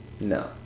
no